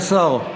32,